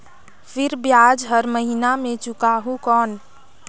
फिर ब्याज हर महीना मे चुकाहू कौन?